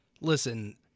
Listen